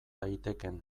daitekeen